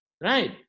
right